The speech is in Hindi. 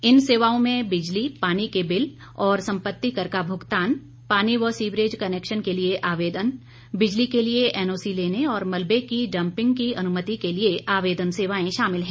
इन सेवाओं में बिजली पानी के बिल और सम्पत्ति कर का भुगतान पानी व सीवरेज कनेक्शन के लिए आवेदन बिजली के लिए एनओसी लेने और मलबे की डम्पिंग की अनुमति के लिए आवेदन सेवाएं शामिल हैं